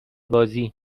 بازی